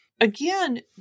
again